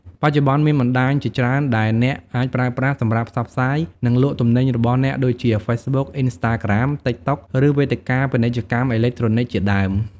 បច្ចុប្បន្ន មានបណ្តាញជាច្រើនដែលអ្នកអាចប្រើប្រាស់សម្រាប់ផ្សព្វផ្សាយ និងលក់ទំនិញរបស់អ្នកដូចជា ហ្វេសប៊ុក, អ៊ីនស្តាក្រាម, ទីកតុក ឬវេទិកាពាណិជ្ជកម្មអេឡិចត្រូនិចជាដើម។